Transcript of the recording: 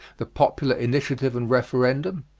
the popular initiative and referendum,